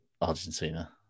Argentina